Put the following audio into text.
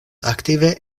aktive